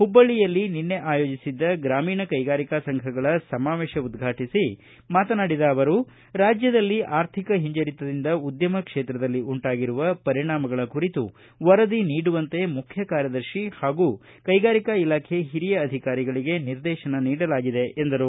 ಹುಬ್ಬಳ್ಳಿಯಲ್ಲಿ ನಿನ್ನೆ ಆಯೋಜಿಸಿದ್ದ ಗ್ರಾಮೀಣ ಕೈಗಾರಿಕಾ ಸಂಘಗಳ ಸಮಾವೇಶ ಉದ್ಘಾಟಿಸಿ ಮಾತನಾಡಿದ ಅವರು ರಾಜ್ಯದಲ್ಲಿ ಆರ್ಥಿಕ ಹಿಂಜರಿತದಿಂದ ಉದ್ಯಮ ಕ್ಷೇತ್ರದಲ್ಲಿ ಉಂಟಾಗಿರುವ ಪರಿಣಾಮಗಳ ಕುರಿತು ವರದಿ ನೀಡುವಂತೆ ಮುಖ್ಯಕಾರ್ಯದರ್ಶಿ ಹಾಗೂ ಕೈಗಾರಿಕಾ ಇಲಾಖೆ ಹಿರಿಯ ಅಧಿಕಾರಿಗಳಿಗೆ ನಿರ್ದೇಶನ ನೀಡಲಾಗಿದೆ ಎಂದರು